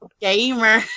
gamer